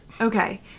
okay